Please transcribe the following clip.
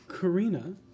Karina